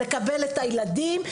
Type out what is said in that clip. לקבל את הילדים.